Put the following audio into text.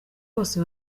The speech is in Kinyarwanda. bose